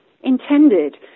intended